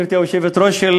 גברתי היושבת-ראש,